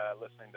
listening